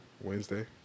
Wednesday